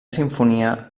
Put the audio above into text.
simfonia